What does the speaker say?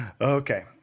okay